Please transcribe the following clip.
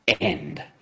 end